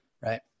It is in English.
right